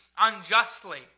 unjustly